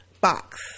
Box